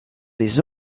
des